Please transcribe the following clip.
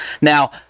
Now